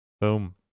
Boom